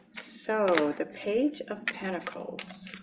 so the page of pentacles